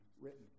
written